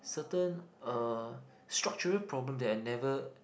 certain uh structural problem that I never